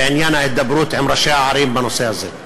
בעניין ההידברות עם ראשי הערים בנושא הזה.